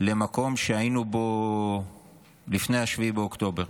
למקום שבו היינו לפני 7 באוקטובר.